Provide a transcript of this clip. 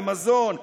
במזון,